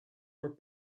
were